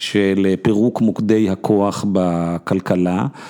של פירוק מוקדי הכוח בכלכלה.